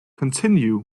continue